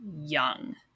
young